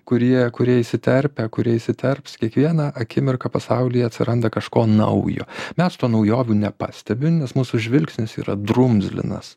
kurie kurie įsiterpia kurie įsiterps kiekvieną akimirką pasaulyje atsiranda kažko naujo mes to naujovių nepastebim nes mūsų žvilgsnis yra drumzlinas